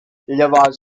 llavors